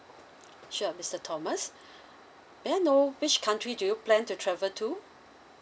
sure mister thomas may I know which country do you plan to travel to